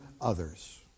others